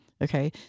Okay